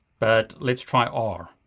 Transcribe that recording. but let's try r.